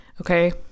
okay